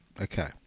Okay